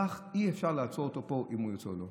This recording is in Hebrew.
אזרח, אי-אפשר לעצור אותו פה אם הוא ירצה או לא.